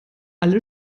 alle